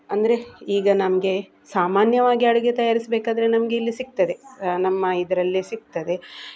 ಅಂದರೆ ಈಗ ನಮಗೆ ಸಾಮಾನ್ಯವಾಗಿ ಅಡುಗೆ ತಯಾರಿಸಬೇಕಾದ್ರೆ ನಮಗಿಲ್ಲಿ ಸಿಕ್ತದೆ ನಮ್ಮ ಇದರಲ್ಲೇ ಸಿಕ್ತದೆ